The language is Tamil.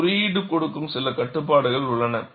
குறியீடு கொடுக்கும் சில கட்டுப்பாடுகள் உள்ளன